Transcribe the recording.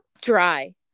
Dry